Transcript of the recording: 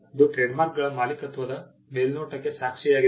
ಇದು ಟ್ರೇಡ್ಮಾರ್ಕ್ಗಳ ಮಾಲೀಕತ್ವದ ಮೇಲ್ನೋಟಕ್ಕೆ ಸಾಕ್ಷಿಯಾಗಿದೆ